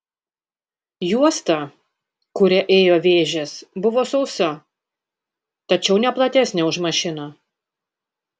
juosta kuria ėjo vėžės buvo sausa tačiau ne platesnė už mašiną